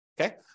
Okay